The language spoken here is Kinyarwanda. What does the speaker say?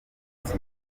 munsi